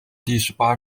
第十八